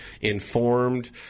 informed